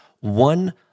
One